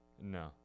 No